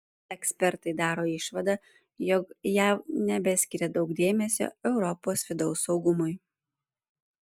ekspertai daro išvadą jog jav nebeskiria daug dėmesio europos vidaus saugumui